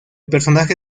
personaje